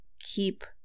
keep